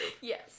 yes